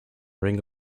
ringo